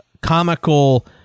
comical